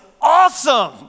awesome